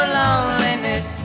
loneliness